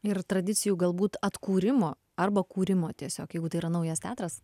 ir tradicijų galbūt atkūrimo arba kūrimo tiesiog jeigu tai yra naujas teatras